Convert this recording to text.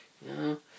No